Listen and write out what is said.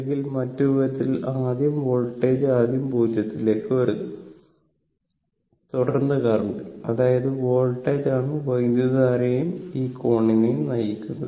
അല്ലെങ്കിൽ മറ്റൊരു വിധത്തിൽ ആദ്യം വോൾട്ടേജ് ആദ്യം 0 ലേക്ക് വരുന്നു തുടർന്ന് കറന്റ് അതായത് വോൾട്ടേജാണ് വൈദ്യുതധാരയെയും ഈ കോണിനെയും നയിക്കുന്നത്